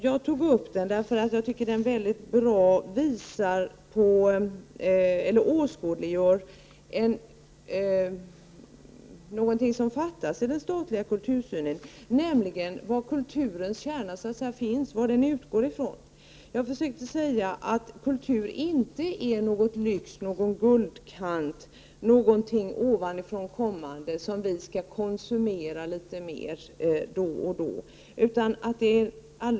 Jag nämnde den därför att den åskådliggör något som fattas i den statliga kultursynen, nämligen var kulturens kärna finns och varifrån kulturen utgår. Jag försökte säga att kultur inte är någon lyx eller en guldkant på tillvaron. Den är inte något som kommer ovanifrån och som vi då och då skall konsumera litet mer av.